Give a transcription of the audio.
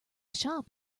shop